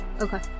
Okay